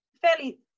fairly